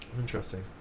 Interesting